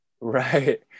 right